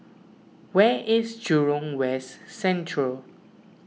where is Jurong West Central